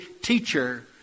teacher